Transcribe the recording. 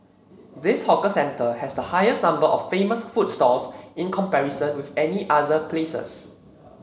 this hawker center has the highest number of famous food stalls in comparison with any other places